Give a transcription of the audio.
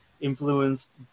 influenced